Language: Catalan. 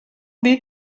dir